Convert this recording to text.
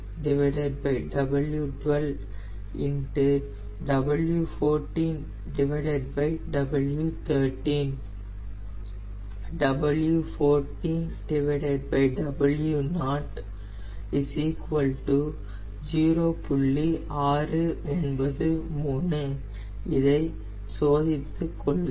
693 பரிசோதித்து கொள்க